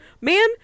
man